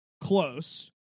close